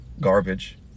garbage